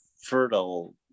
fertile